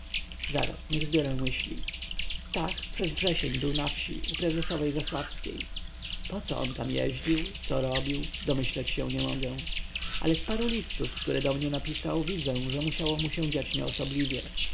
zaraz niech zbiorę myśli stach przez wrzesień był na wsi u prezesowej zasławskiej poco on tam jeździł co robił domyśleć się nie mogę ale z paru listów które do mnie napisał widzę że musiało mu się dziać